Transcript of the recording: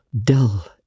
dull